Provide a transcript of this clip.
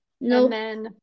No